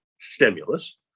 stimulus